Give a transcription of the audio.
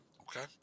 Okay